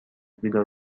بیدار